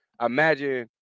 imagine